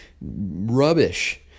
rubbish